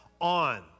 on